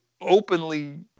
openly